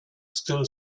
still